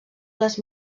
les